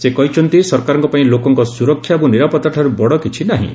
ସେ କହିଛନ୍ତି ସରକାରଙ୍କ ପାଇଁ ଲୋକଙ୍କ ସୁରକ୍ଷା ଏବଂ ନିରାପତ୍ତା ଠାରୁ ବଡ କିଛି ନାହିଁ